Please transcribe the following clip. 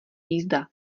jízda